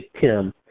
Tim